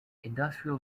industrial